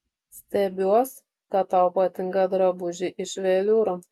stebiuos kad tau patinka drabužiai iš veliūro